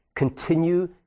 Continue